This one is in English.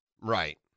Right